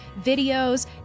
videos